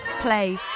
play